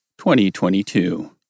2022